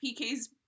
PK's